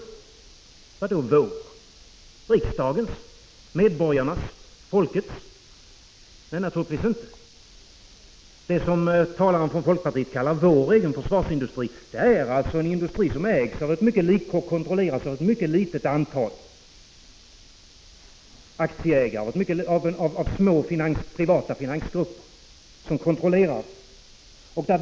Hur då vår? Riksdagens, medborgarnas, folkets — nej, naturligtvis inte. Det som talaren från folkpartiet kallar vår egen försvarsindustri är alltså en industri som ägs och kontrolleras av ett mycket litet antal aktieägare, av små privata finansgrupper.